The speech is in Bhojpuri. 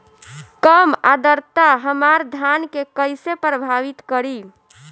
कम आद्रता हमार धान के कइसे प्रभावित करी?